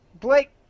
Blake